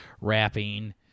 rapping